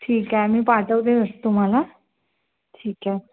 ठीक आहे मी पाठवते तसं तुम्हाला ठीक आहे